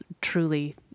truly